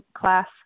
class